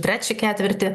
trečią ketvirtį